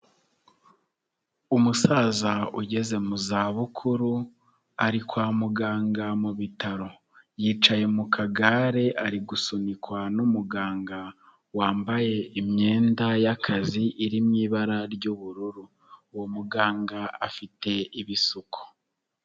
Umusaza ugeze mu za bukuru ari kwa muganga mu bitaro yicaye mu kagare ari gusunikwa n'umuganga wambaye imyenda y'akazi iri mu ibara ry'ubururu, uwo muganga afite ibisuko.